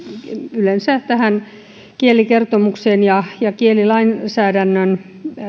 yleensä tähän kielikertomukseen ja ja kielilainsäädännön